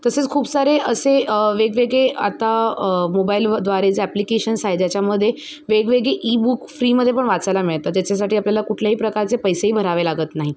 तसेच खूप सारे असे वेगवेगळे आता मोबाईलद्वारे जे ॲप्लिकेशन्स आहे ज्याच्यामध्ये वेगवेगळे ईबुक फ्रीमध्ये पण वाचायला मिळतं ज्याच्यासाठी आपल्याला कुठल्याही प्रकारचे पैसेही भरावे लागत नाही